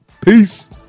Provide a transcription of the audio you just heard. Peace